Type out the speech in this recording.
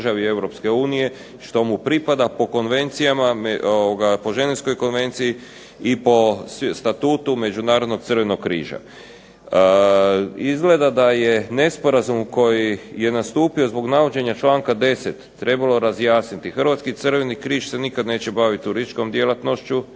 i što mu pripada po konvencijama, po Ženevskoj konvenciji i po statutu Međunarodnog Crvenog križa. Izgleda da je nesporazum koji je nastupio zbog navođenja čl. 10. trebalo razjasniti. Hrvatski Crveni križ se nikad neće baviti turističkom djelatnošću